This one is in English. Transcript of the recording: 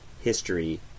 history